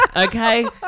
okay